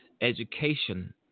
education